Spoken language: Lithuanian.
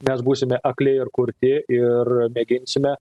mes būsime akli ir kurti ir mėginsime